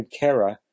Kera